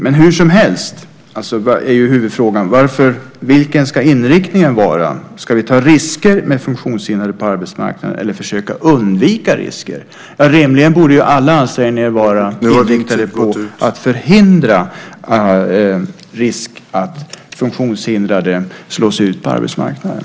Men hur som helst är huvudfrågan: Vilken ska inriktningen vara? Ska vi ta risker med funktionshindrade på arbetsmarknaden, eller ska vi försöka undvika risker? Ja, rimligen borde alla ansträngningar vara inriktade på att förhindra att funktionshindrade slås ut på arbetsmarknaden.